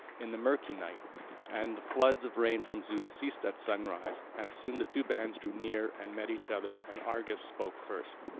in the murky night and the floods of rain from zeus ceased at sunrise, and soon the two bands drew near and met each other, and argus spoke first